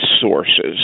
sources